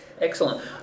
Excellent